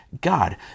God